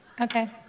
Okay